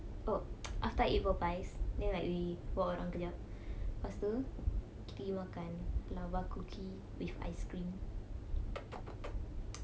oh after I eat Popeyes then like already korang kenyang lepas tu pergi makan lava cookie with ice cream